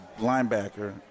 linebacker